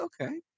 okay